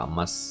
mas